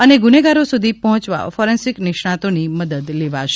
અને ગુનેગારો સુધી પહોંચવા ફોરેન્સીક નિષ્ણાંતોની મદદ લેવાશે